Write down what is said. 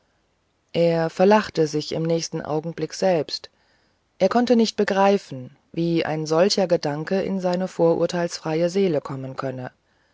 er verlachte sich im nächsten augenblicke selbst er konnte nicht begreifen wie ein solcher gedanke in seine vorurteilsfreie seele kommen könne